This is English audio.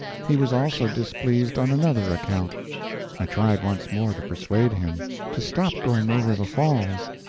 he was also displeased on another account i tried once more to persuade him to stop going over the falls.